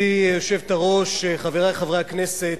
גברתי היושבת-ראש, חברי חברי הכנסת,